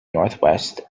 northwest